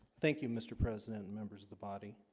thank you mr. president and members of the body